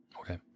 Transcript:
Okay